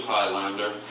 Highlander